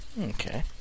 okay